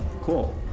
Cool